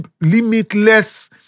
limitless